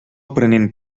prenent